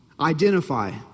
identify